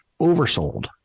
oversold